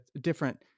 different